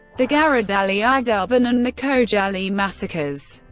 the garadaghly, agdaban and the khojaly massacres.